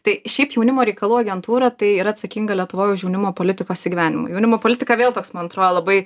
tai šiaip jaunimo reikalų agentūra tai yra atsakinga lietuvoj už jaunimo politikos įgyvendinimą jaunimo politika vėl toks man atrodo labai